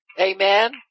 Amen